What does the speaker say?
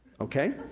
okay?